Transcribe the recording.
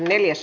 asia